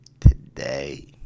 today